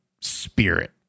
spirit